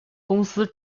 公司